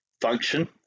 function